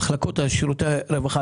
המחלקות לשירותי הרווחה,